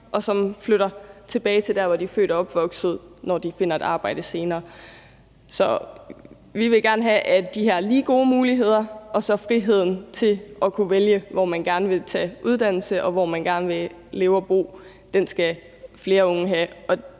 flytter tilbage til det sted, hvor de er født og opvokset. Så vi vil gerne have, at de har lige gode muligheder, og friheden til at kunne vælge, hvor man gerne vil tage en uddannelse, og hvor man gerne vil leve og bo, skal flere unge have,